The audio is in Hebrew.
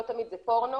לא תמיד זה פורנו,